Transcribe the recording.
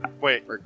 wait